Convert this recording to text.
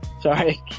Sorry